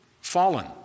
Fallen